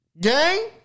Gang